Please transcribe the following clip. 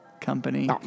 company